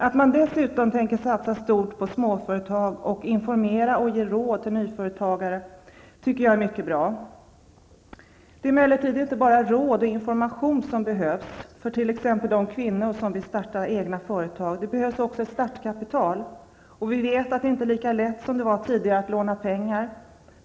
Att man dessutom tänker satsa stort på småföretag, och informera och ge råd till nyföretagare är mycket bra. Det är emellertid inte bara råd och information som behövs för t.ex. de kvinnor som vill starta egna företag. Det behövs också startkapital. Vi vet att det inte är lika lätt som tidigare att låna pengar.